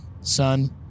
son